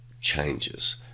changes